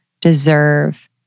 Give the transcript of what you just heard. deserve